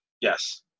Yes